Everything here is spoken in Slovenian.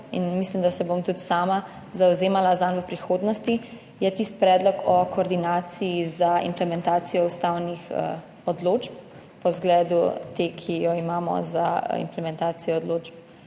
in mislim, da se bom tudi sama zavzemala zanj v prihodnosti, je tisti predlog o koordinaciji za implementacijo ustavnih odločb po zgledu te, ki jo imamo za implementacijo odločb